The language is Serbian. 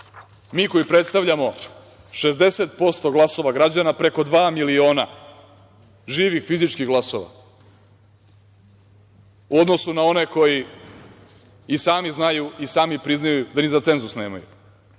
mi koji predstavljamo 60% glasova građana, preko dva miliona živih fizičkih glasova u odnosu na one koji sami znaju i sami priznaju da ni za cenzus